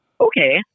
Okay